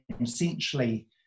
essentially